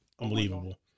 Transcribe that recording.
unbelievable